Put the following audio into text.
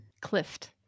Clift